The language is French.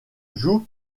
joue